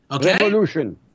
Revolution